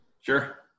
sure